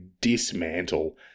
dismantle